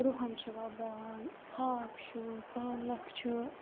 رۄہَن چھِ وۄپداوان ہاکھ چھُ پالَک چھُ